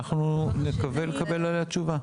אנחנו נקווה לקבל עליה תשובה.